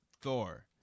Thor